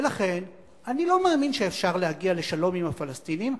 ולכן אני לא מאמין שאפשר להגיע לשלום עם הפלסטינים.